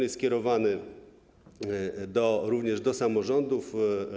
Jest on skierowany również do samorządów.